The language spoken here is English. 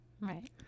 Right